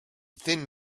thin